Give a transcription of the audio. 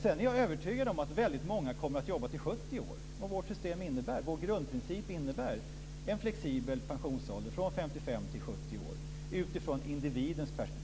Jag är övertygad om att väldigt många kommer att jobba till 70 år. Vår grundprincip innebär en flexibel pensionsålder från 55 till 70 år, utifrån individens perspektiv.